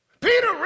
Peter